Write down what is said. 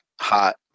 hot